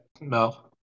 No